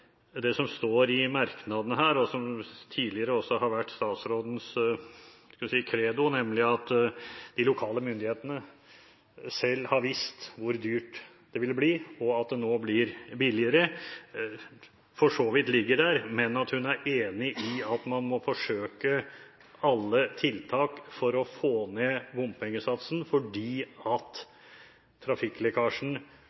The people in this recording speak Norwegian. det som står i merknadene her, og som tidligere også har vært statsrådens – skal vi si – credo, nemlig at de lokale myndighetene selv har visst hvor dyrt det ville bli, og at det nå blir billigere, for så vidt ligger der, men at hun er enig i at man må forsøke alle tiltak for å få ned bompengesatsen fordi